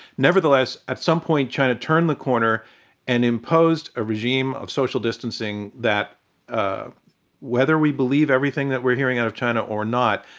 nevertheless, at some point, china turned the corner and imposed a regime of social distancing that whether we believe everything that we're hearing out of china or not,